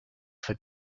for